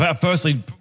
firstly